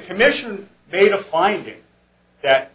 commission made a finding that